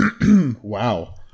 wow